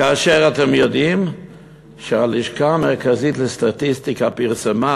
כאשר אתם יודעים שהלשכה המרכזית לסטטיסטיקה פרסמה